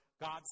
God's